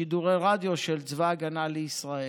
שידורי רדיו של צבא ההגנה לישראל.